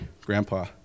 grandpa